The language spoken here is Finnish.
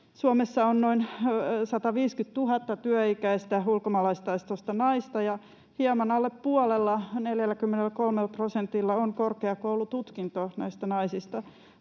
Suomessa on noin 150 000 työikäistä ulkomaalaistaustaista naista, ja hieman alle puolella näistä naisista, 43 prosentilla, on korkeakoulututkinto. Siitä huolimatta